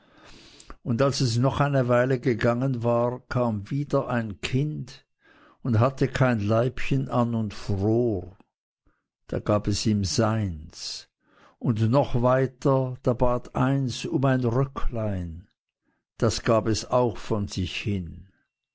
und als es noch eine weile gegangen war kam wieder ein kind und hatte kein leibchen und fror da gab es ihm seins und noch weiter da bat eins um ein röcklein das gab es auch von sich hin